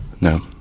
no